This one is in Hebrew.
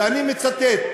ואני מצטט: